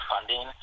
funding